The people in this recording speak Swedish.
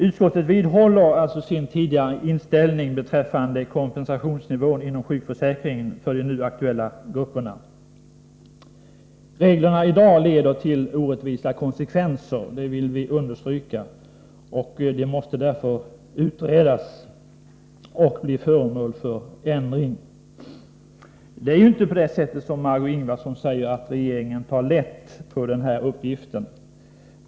Utskottet vidhåller sin tidigare inställning beträffande kompensationsnivån inom sjukförsäkringen för de nu aktuella grupperna. De nuvarande reglerna leder till orättvisa konsekvenser — det vill vi understryka — och måste därför utredas och bli föremål för ändring. Det är inte på det sätt som Margöé Ingvardsson säger, att regeringen tar lätt på den här uppgiften.